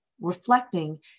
reflecting